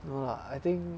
no lah I think